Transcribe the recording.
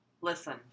Listen